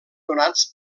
donats